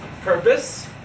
purpose